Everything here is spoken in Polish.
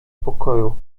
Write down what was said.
pokoju